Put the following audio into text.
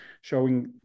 showing